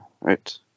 right